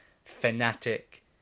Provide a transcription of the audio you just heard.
Fanatic